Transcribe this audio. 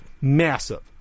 Massive